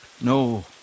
no